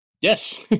Yes